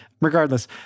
regardless